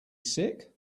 sick